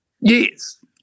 Yes